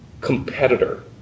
competitor